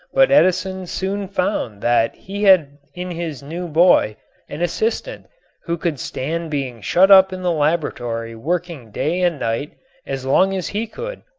but edison soon found that he had in his new boy an assistant who could stand being shut up in the laboratory working day and night as long as he could.